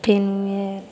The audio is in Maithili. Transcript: फिनमे